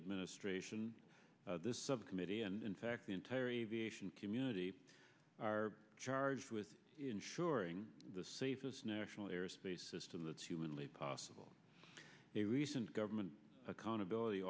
administration this subcommittee and in fact the entire aviation community are charged with ensuring the safest national airspace system that's humanly possible the recent government accountability